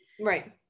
Right